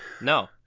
No